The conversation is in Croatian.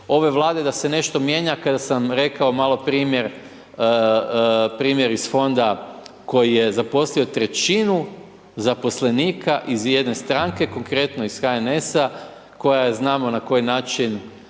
ove Vlade da se nešto mijenja kada sam rekao malo primjer, primjer iz fonda koji je zaposlio trećinu zaposlenika iz jedne stranke, konkretno iz HNS-a koja je znamo na koji način